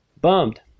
Bummed